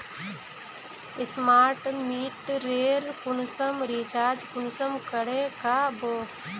Smart मीटरेर कुंसम recharge कुंसम करे का बो?